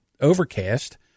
Overcast